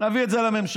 נביא את זה לממשלה.